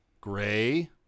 gray